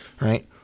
right